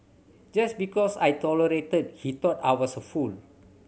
just because I tolerated he thought I was a fool